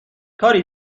کاری